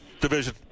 division